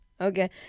okay